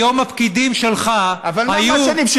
היום הפקידים שלך היו, אבל מה הם אשמים?